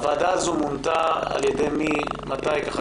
הוועדה הזו מונתה על ידי מי ומתי?